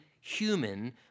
human